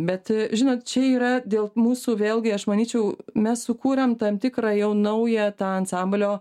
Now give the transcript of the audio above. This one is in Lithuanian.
bet žinot čia yra dėl mūsų vėlgi aš manyčiau mes sukūrėm tam tikrą jau naują tą ansamblio